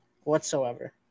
whatsoever